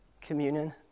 communion